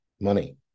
money